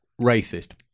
racist